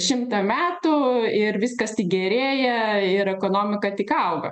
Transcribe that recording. šimtą metų ir viskas tik gerėja ir ekonomika tik auga